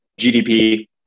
GDP